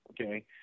okay